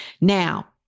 Now